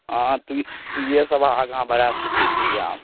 हँ तोँहिए तोँहिएसब आगाँ बढ़ा सकै छी आब